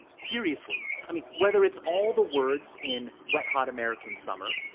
seriously. i mean, whether it's all the words in wet hot american summer,